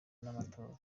n’amatora